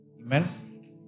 Amen